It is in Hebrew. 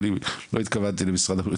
אני אגיד לך משהו,